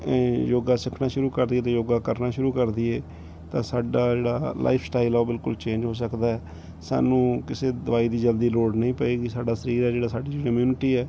ਯੋਗਾ ਸਿੱਖਣਾ ਸ਼ੁਰੂ ਕਰ ਦਈਏ ਅਤੇ ਯੋਗਾ ਕਰਨਾ ਸ਼ੁਰੂ ਕਰ ਦਈਏ ਤਾਂ ਸਾਡਾ ਜਿਹੜਾ ਲਾਈਫ ਸਟਾਈਲ ਹੈ ਉਹ ਬਿਲਕੁਲ ਚੇਂਜ ਹੋ ਸਕਦਾ ਸਾਨੂੰ ਕਿਸੇ ਦਵਾਈ ਦੀ ਜਲਦੀ ਲੋੜ ਨਹੀਂ ਪਏਗੀ ਸਾਡਾ ਸਰੀਰ ਹੈ ਜਿਹੜਾ ਸਾਡੀ ਜਿਹੜੀ ਇਮਿਊਨਟੀ ਹੈ